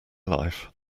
life